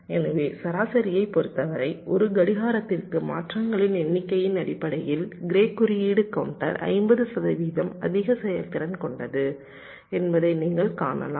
எனவே சராசரியைப் பொறுத்தவரை ஒரு கடிகாரத்திற்கு மாற்றங்களின் எண்ணிக்கையின் அடிப்படையில் க்ரே குறியீடு கவுண்டர் 50 சதவீதம் அதிக செயல்திறன் கொண்டது என்பதை நீங்கள் காணலாம்